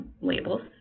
labels